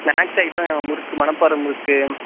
snacks item murukku Manapparai முறுக்கு